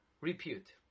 repute